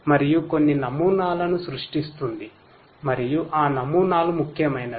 మరియు కొన్ని నమూనాలను సృష్టిస్తుంది మరియు ఆ నమూనాలు ముఖ్యమైనవి